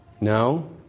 No